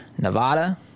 Nevada